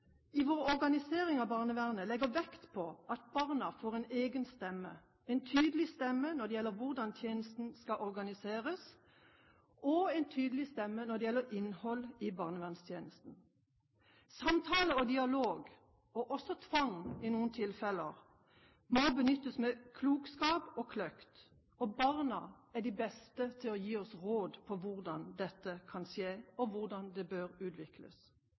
i vår organisering av barnevernet legger vekt på at barna får en egen stemme – en tydelig stemme når det gjelder hvordan tjenesten skal organiseres, og en tydelig stemme når det gjelder innholdet i barnevernstjenesten. Samtale og dialog – og også tvang i noen tilfeller – må benyttes med klokskap og kløkt, og barna er de beste til å gi oss råd om hvordan dette kan skje, og hvordan det bør utvikles.